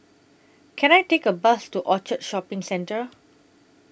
Can I Take A Bus to Orchard Shopping Centre